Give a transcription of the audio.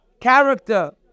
character